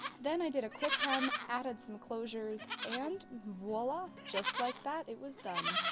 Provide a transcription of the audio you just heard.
then i did a quick hem, added some closures and voila! just like that it was done!